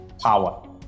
power